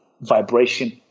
vibration